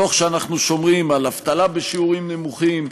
תוך שאנחנו שומרים על אבטלה בשיעורים נמוכים,